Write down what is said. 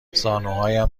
زانوهایم